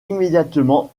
immédiatement